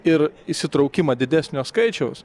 ir įsitraukimą didesnio skaičiaus